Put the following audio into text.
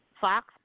Fox